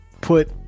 put